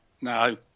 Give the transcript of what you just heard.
No